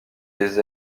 les